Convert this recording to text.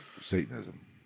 satanism